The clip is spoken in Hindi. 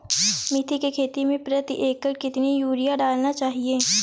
मेथी के खेती में प्रति एकड़ कितनी यूरिया डालना चाहिए?